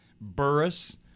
Burris